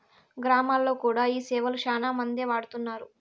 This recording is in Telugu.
గ్రామాల్లో కూడా ఈ సేవలు శ్యానా మందే వాడుతున్నారు